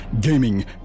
gaming